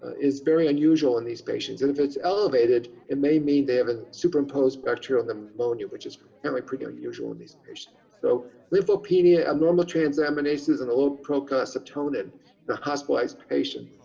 is very unusual in these patients and if it's elevated it may mean they have an superimposed bacterial pneumonia. which is and like pretty unusual in these patients. so lymphopenia abnormal transaminases and a low procalcitonin in the hospitalized patient